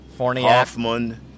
Hoffman